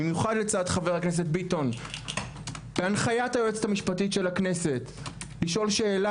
במיוחד לצד חבר הכנסת ביטון בהנחית היועצת המשפטית של הכנסת לשאול שאלה,